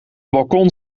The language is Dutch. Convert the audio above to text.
balkon